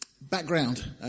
background